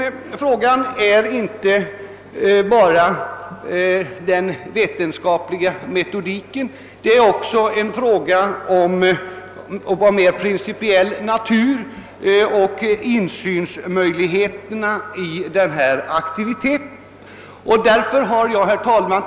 Men detta är inte bara en fråga om den vetenskapliga metodiken; det är också en fråga av mer principiell natur — jag tänker t.ex. på möjligheterna till insyn i denna aktivitet, på regler för publicering av resultat m.m.